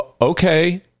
okay